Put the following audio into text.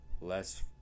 less